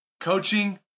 coaching